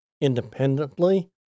independently